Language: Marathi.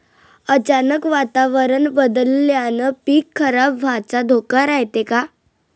अचानक वातावरण बदलल्यानं पीक खराब व्हाचा धोका रायते का?